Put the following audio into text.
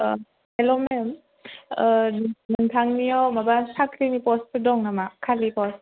अ hello मेम नोंथांनियाव माबा साख्रिनि फस्तफोर दं नामा खालि पस्त